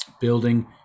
Building